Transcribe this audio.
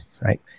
right